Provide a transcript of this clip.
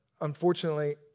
unfortunately